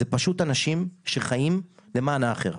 אלה פשוט אנשים שחיים למען האחר.